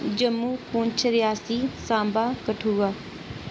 Jammu Poonch Reasi Samba Kathua